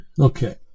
okay